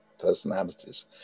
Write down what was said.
personalities